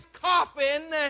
coffin